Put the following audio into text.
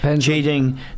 cheating